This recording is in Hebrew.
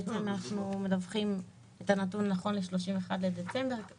בעצם אנחנו מדווחים את הנתון נכון ל-31 בדצמבר,